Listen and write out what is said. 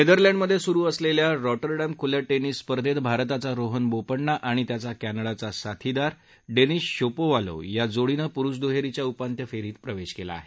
नेदरलंडमध्ये सुरू असलेल्या रॉटरडॅम खुल्या टेनिस स्पर्धेत भारताचा रोहन बोपण्णा आणि त्याचा कॅनडाचा साथीदार डेनिस शापोव्हालोव्ह या जोडीनं पुरुष दुहेरीच्या उपांत्य फेरीत प्रवेश केला आहे